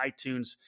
iTunes